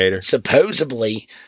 supposedly